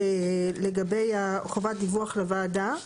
לגבי חובת הדיווח לוועדה.